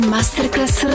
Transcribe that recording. Masterclass